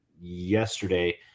yesterday